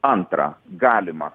antrą galimą